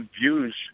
views